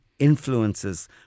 Influences